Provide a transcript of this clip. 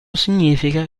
significa